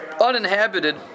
uninhabited